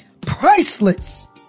priceless